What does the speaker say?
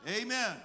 Amen